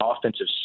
offensive